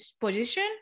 position